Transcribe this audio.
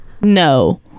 No